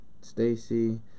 Stacy